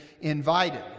invited